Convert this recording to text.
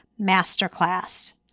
masterclass